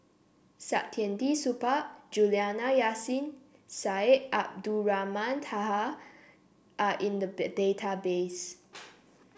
Saktiandi Supaat Juliana Yasin Syed Abdulrahman Taha are in the database